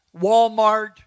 Walmart